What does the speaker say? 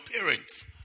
parents